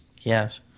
Yes